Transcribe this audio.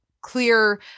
clear